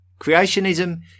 Creationism